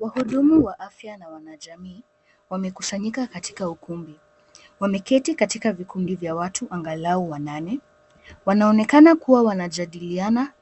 Wahudumu wa afya na wanajamii wamekusanyika katika ukumbi. Wameketi katika vikundi vya watu angalau wanane. Wanaonekana kuwa wanajadiliana,